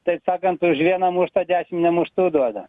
taip sakant už vieną muštą dešim nemuštų duoda